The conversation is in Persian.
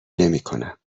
نمیکنم